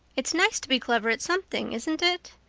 it's nice to be clever at something, isn't it?